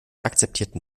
akzeptierten